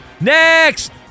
Next